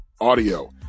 audio